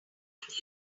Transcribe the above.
have